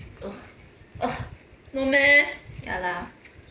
no meh